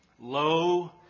Lo